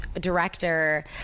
Director